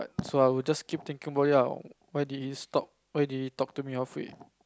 so I will just keep thinking about it ah why did he stop why did he talk to me halfway